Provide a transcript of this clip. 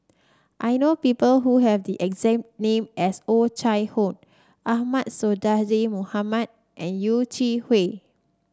I know people who have the exact name as Oh Chai Hoo Ahmad Sonhadji Mohamad and Yeh Chi Wei